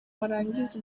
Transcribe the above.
warangiza